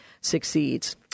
succeeds